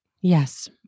Yes